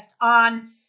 on